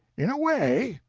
in a way,